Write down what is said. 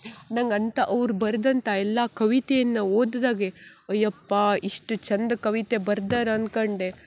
ನಂಗೆ ಅಂತ ಅವ್ರು ಬರೆದಂಥ ಎಲ್ಲ ಕವಿತೆಯನ್ನು ಓದುದಾಗ ಅಯ್ಯಪ್ಪ ಇಷ್ಟು ಚಂದ ಕವಿತೆ ಬರ್ದಾರೆ ಅಂದ್ಕೊಂಡೆ